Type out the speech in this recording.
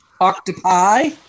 Octopi